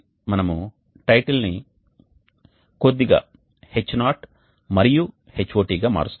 ఆపై మనము టైటిల్ని కొద్దిగా Ho మరియు Hot గా మారుస్తాము